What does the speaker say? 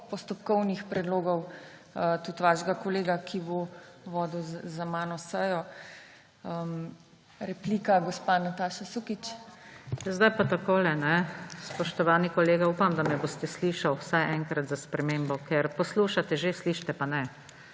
postopkovnih predlogov tudi svojega kolega, ki bo vodil za mano sejo. Replika, gospa Nataša Sukič. NATAŠA SUKIČ (PS Levica): Zdaj pa takole. Spoštovani kolega, upam, da me boste slišali vsaj enkrat za spremembo, ker poslušate že, slišite pa ne.